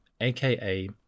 aka